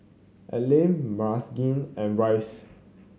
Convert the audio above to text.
Aline Marquez and Rice